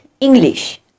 English